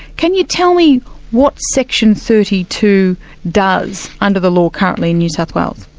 can you tell me what section thirty two does under the law currently in new south wales?